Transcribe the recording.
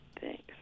Thanks